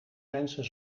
mensen